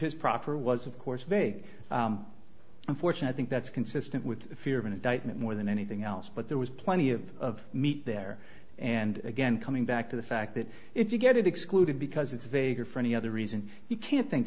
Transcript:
his proffer was of course very unfortunate think that's consistent with a fear of an indictment more than anything else but there was plenty of meat there and again coming back to the fact that if you get it excluded because it's vague or for any other reason you can't think